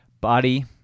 body